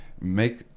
make